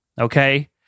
okay